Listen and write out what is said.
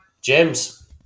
James